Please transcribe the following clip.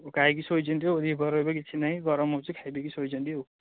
ଖାଇକି ଶୋଇଛନ୍ତି ଆଉ ଦିପହର ଏବେ କିଛି ନାହିଁ ଗରମ ହେଉଛି ଖାଇ ପିଇକି ଶୋଇଛନ୍ତି ଆଉ